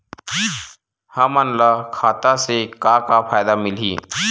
हमन ला खाता से का का फ़ायदा मिलही?